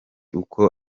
uko